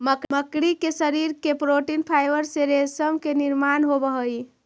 मकड़ी के शरीर के प्रोटीन फाइवर से रेशम के निर्माण होवऽ हई